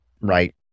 right